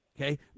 Okay